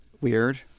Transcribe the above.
weird